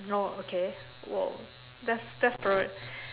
no okay !whoa! that's that's probably